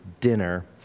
dinner